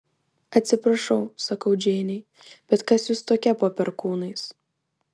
atsiprašau sakau džeinei bet kas jūs tokia po perkūnais